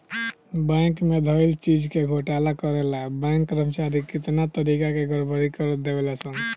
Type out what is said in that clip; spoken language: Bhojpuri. बैंक में धइल चीज के घोटाला करे ला बैंक कर्मचारी कितना तारिका के गड़बड़ी कर देवे ले सन